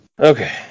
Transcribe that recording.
okay